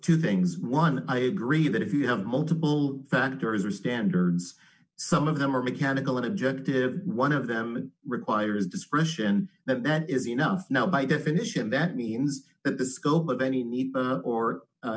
two things one i agree that if you have multiple factors or standards some of them are mechanical and objective one of them requires discretion that that is enough now by definition that means that the scope of any ne